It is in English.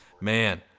Man